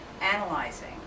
analyzing